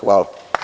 Hvala.